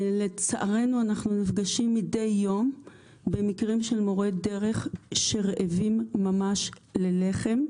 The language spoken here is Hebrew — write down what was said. לצערנו אנחנו נפגשים מדי יום במקרים של מורי דרך שרעבים ממש ללחם.